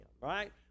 right